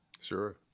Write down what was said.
sure